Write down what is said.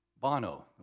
Bono